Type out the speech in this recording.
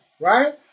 right